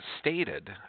stated